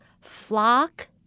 flock